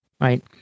right